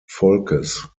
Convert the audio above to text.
volkes